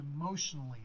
Emotionally